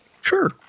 Sure